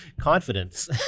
Confidence